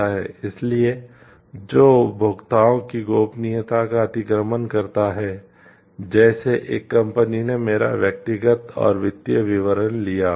इसलिए जो उपभोक्ताओं की गोपनीयता का अतिक्रमण करता है जैसे एक कंपनी ने मेरा व्यक्तिगत और वित्तीय विवरण लिया हो